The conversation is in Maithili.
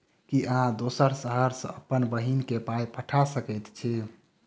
की अहाँ दोसर शहर सँ अप्पन बहिन केँ पाई पठा सकैत छी?